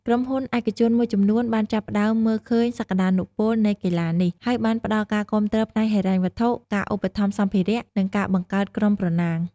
ក្រុមហ៊ុនឯកជនមួយចំនួនបានចាប់ផ្តើមមើលឃើញសក្តានុពលនៃកីឡានេះ ហើយបានផ្តល់ការគាំទ្រផ្នែកហិរញ្ញវត្ថុ ការឧបត្ថម្ភសម្ភារៈ និងការបង្កើតក្រុមប្រណាំង។